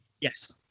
Yes